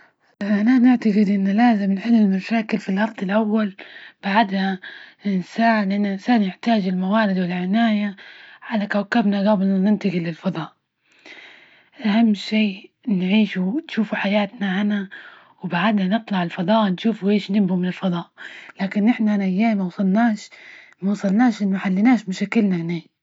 أنى نعتجد أنه لازم نحل المشاكل في الأرض الأول، بعدها نساعد إن الإنسان يحتاج الموارد والعناية على كوكبنا، جبل ما ننتقل للفضاء. أهم شي، نعيشو تشوفوا حياتنا أنا وبعدها نطلع الفضاء نشوفوا إيش نبو من الفضاء. لكن نحنا هنا موصلناش- موصلناش محلناش مشاكلنا أهنا.